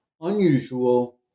Unusual